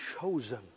chosen